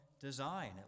design